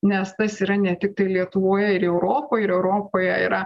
nes tas yra ne tiktai lietuvoje ir europoj ir europoje yra